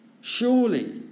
Surely